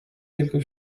quelque